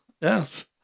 Yes